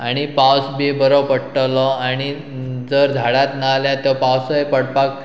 आनी पावस बी बरो पडटलो आनी जर झाडात ना जाल्यार तो पावसय पडपाक